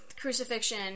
crucifixion